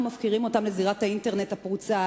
אנחנו מפקירים אותם לזירת האינטרנט הפרוצה,